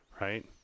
Right